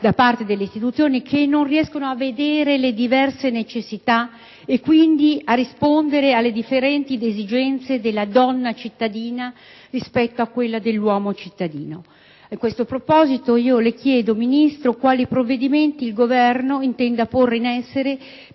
da parte delle istituzioni che non riescono a vedere le diverse necessità, e quindi a rispondere alle differenti esigenze della donna cittadina rispetto a quelle dell'uomo cittadino. A questo proposito le chiedo, onorevole Ministro, quali provvedimenti il Governo intenda porre in essere